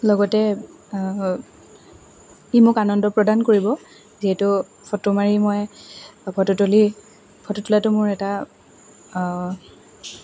লগতে ই মোক আনন্দ প্ৰদান কৰিব যিহেতু ফটো মাৰি মই ফটো তুলি ফটো তুলাটো মোৰ এটা